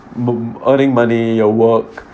mo~ earning money your work